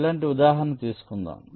ఇలాంటి ఉదాహరణ తీసుకుందాం